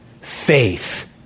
faith